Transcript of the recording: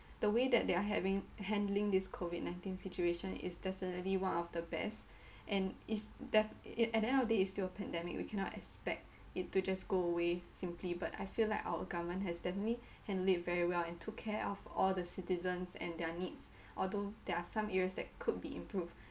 the way that they are having handling this COVID nineteen situation is definitely one of the best and it's def~ it at the end of the day it's still a pandemic we cannot expect it to just go away simply but I feel like our government has definitely handled it very well and took care of all the citizens and their needs although there are some areas that could be improved